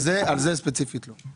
על זה ספציפית לא.